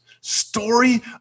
story